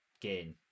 gain